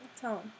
Tell